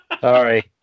Sorry